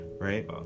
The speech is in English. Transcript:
right